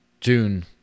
June